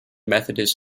methodist